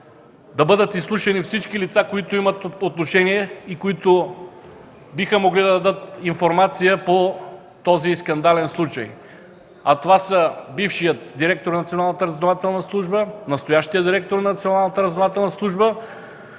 да бъдат изслушани всички лица, които имат отношение и които биха могли да дадат информация по този скандален случай. А това са бившият директор на Националната разузнавателна служба, настоящият директор на Националната разузнавателна служба,